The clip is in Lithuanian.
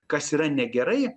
kas yra negerai